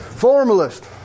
Formalist